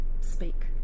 speak